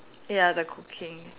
ya the cooking